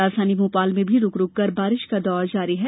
राजधानी भोपाल में भी रूक रूककर बारिश का दौर जारी है